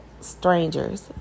Strangers